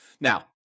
Now